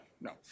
no